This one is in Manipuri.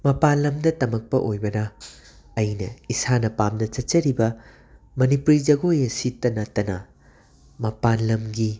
ꯃꯄꯥꯟ ꯂꯝꯗ ꯇꯃꯛꯄ ꯑꯣꯏꯕꯅ ꯑꯩꯅ ꯏꯁꯥꯅ ꯄꯥꯝꯅ ꯆꯠꯆꯔꯤꯕ ꯃꯅꯤꯄꯨꯔꯤ ꯖꯒꯣꯏ ꯑꯁꯤꯇ ꯅꯠꯇꯅ ꯃꯄꯥꯟ ꯂꯝꯒꯤ